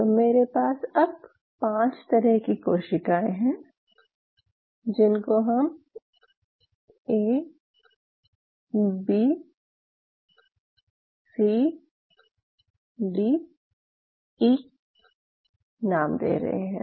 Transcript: तो मेरे पास अब पांच तरह की कोशिकाएं हैं जिनको हम A B C D E नाम दे रहे हैं